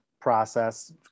process